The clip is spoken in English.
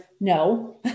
no